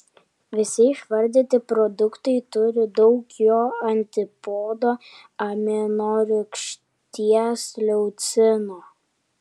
visi išvardyti produktai turi daug jo antipodo aminorūgšties leucino